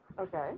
Okay